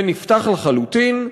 זה נפתח לחלוטין,